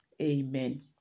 Amen